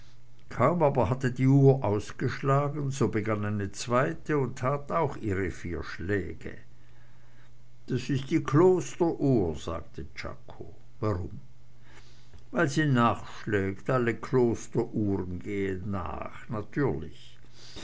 kaum aber hatte die uhr ausgeschlagen so begann eine zweite und tat auch ihre vier schläge das ist die klosteruhr sagte czako warum weil sie nachschlägt alle klosteruhren gehen nach natürlich